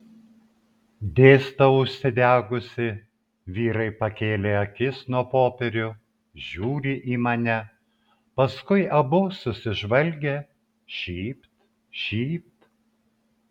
dėstau užsidegusi vyrai pakėlė akis nuo popierių žiūri į mane paskui abu susižvalgė šypt šypt